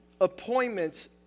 appointments